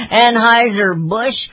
Anheuser-Busch